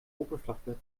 oppervlakte